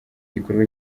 gikorwa